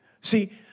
See